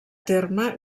terme